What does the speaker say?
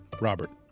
Robert